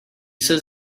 says